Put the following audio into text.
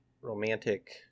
romantic